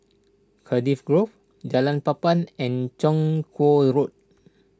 Cardiff Grove Jalan Papan and Chong Kuo Road